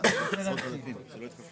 אנחנו מתחילים